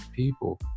people